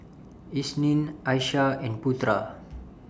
Isnin Aishah and Putra